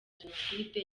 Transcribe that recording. jenoside